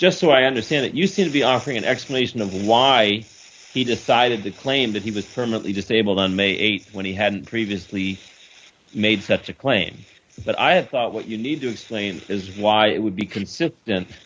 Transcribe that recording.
just so i understand that you seem to be offering an explanation of why he decided to claim that he was permanently disabled on may th when he had previously made such a claim but i thought what you need to explain is why it would be consistent